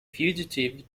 fugitives